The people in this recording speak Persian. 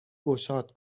گشاد